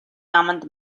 аманд